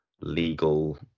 legal